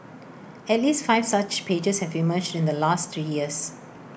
at least five such pages have emerged in the last three years